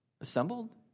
assembled